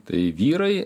tai vyrai